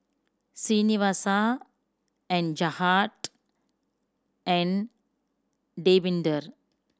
Srinivasa and Jagat and Davinder